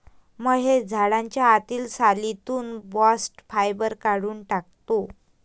महेश झाडाच्या आतील सालीतून बास्ट फायबर काढून टाकतो